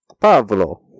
Pablo